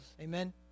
Amen